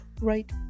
right